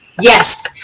Yes